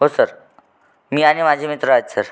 हो सर मी आणि माझे मित्र आहेत सर